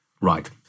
Right